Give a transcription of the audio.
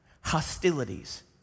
hostilities